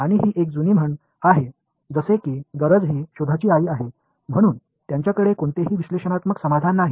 आणि ही एक जुनी म्हण आहे जसे की गरज ही शोधाची आई आहे म्हणून त्यांच्याकडे कोणतेही विश्लेषणात्मक समाधान नाही